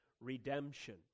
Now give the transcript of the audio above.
redemption